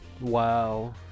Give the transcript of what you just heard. Wow